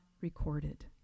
recorded